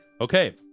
Okay